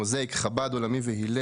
Mosaic, חב"ד עולמי והלל